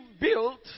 built